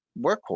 workhorse